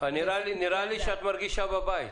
נראה לי שאת מרגישה בבית.